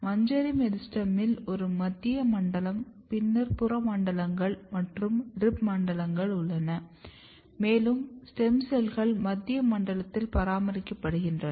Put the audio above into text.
மஞ்சரி மெரிஸ்டெமில் ஒரு மத்திய மண்டலம் பின்னர் புற மண்டலங்கள் மற்றும் ரிப் மண்டலங்கள் உள்ளன மேலும் ஸ்டெம் செல்கள் மத்திய மண்டலத்தில் பராமரிக்கப்படுகின்றன